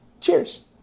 Cheers